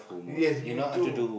yes me too